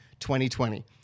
2020